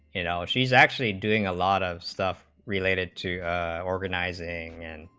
you know she's actually doing a lot of stuff related two are organizing and,